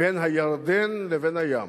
בין הירדן לבין הים,